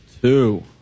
Two